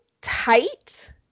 tight